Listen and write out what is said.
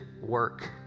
work